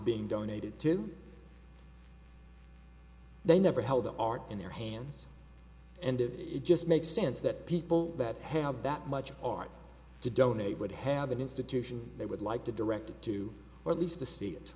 being donated to they never held the art in their hands and it just makes sense that people that have that much art to donate would have an institution they would like to direct it to or at least to see it